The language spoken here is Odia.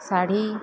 ଶାଢ଼ୀ